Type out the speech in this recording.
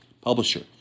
publisher